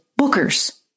bookers